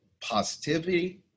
positivity